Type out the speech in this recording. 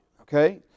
Okay